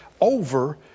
over